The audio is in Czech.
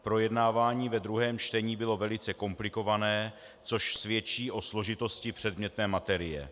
Projednávání ve druhém čtení bylo velice komplikované, což svědčí o složitosti předmětné materie.